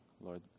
Lord